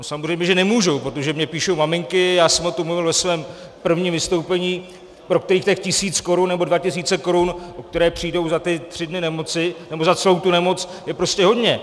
No samozřejmě že nemůžou, protože mně píšou maminky, já jsem o tom mluvil ve svém prvním vystoupení, pro které těch tisíc korun nebo dva tisíce korun, o které přijdou za ty tři dny nemoci nebo za celou tu nemoc, je prostě hodně.